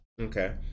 okay